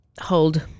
hold